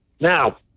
Now